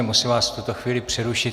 Musím vás v tuto chvíli přerušit.